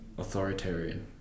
authoritarian